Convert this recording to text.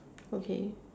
okay